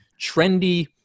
trendy